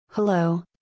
Hello